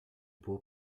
può